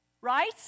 right